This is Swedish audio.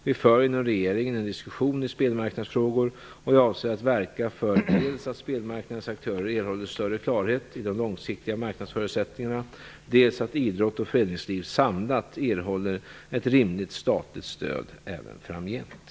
Vi för inom regeringen en diskussion i spelmarknadsfrågor och jag avser att verka för dels att spelmarknadens aktörer erhåller större klarhet i de långsiktiga marknadsförutsättningarna dels att idrott och föreningsliv samlat erhåller ett rimligt statligt stöd även framgent.